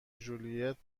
ژولیت